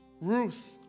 Ruth